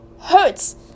hurts